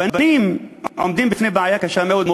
הבנים עומדים בפני בעיה קשה מאוד,